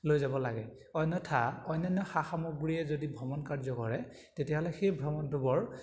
লৈ যাব লাগে অন্যথা অন্যান্য সা সামগ্ৰীয়ে যদি ভ্ৰমণ কাৰ্য কৰে তেতিয়াহ'লে সেই ভ্ৰমণটো বৰ